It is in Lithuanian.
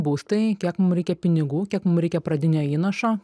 būstai kiek mum reikia pinigų kiek mum reikia pradinio įnašo